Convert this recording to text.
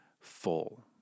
full